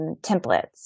templates